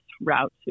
route